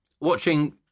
Watching